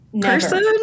person